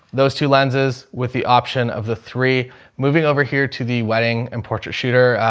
those two lenses with the option of the three moving over here to the wedding and portrait shooter,